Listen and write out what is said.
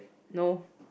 no